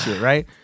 right